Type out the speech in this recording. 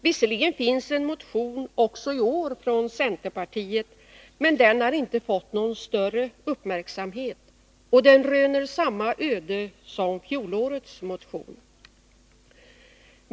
Visserligen finns det också i år en motion från centerpartiet, men den har inte fått någon större uppmärksamhet, och den röner samma öde som fjolårets motion.